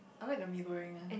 I like the mee-goreng ah